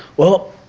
well.